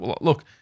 look